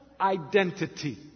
identity